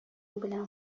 белән